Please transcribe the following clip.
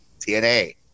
TNA